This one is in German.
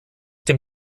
dem